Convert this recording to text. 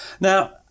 Now